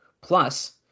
Plus